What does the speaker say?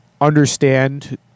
understand